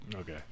Okay